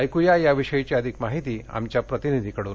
ऐक्या याविषयीची अधिक माहिती आमच्या प्रतिनिधीकडून